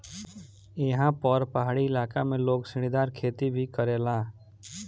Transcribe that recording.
एहा पर पहाड़ी इलाका में लोग सीढ़ीदार खेती भी करेला